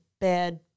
bad